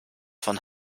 von